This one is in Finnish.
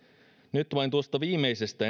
nyt vain tuosta viimeisestä